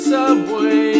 Subway